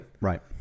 Right